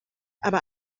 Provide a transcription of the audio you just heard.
aber